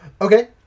okay